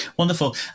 Wonderful